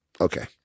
Okay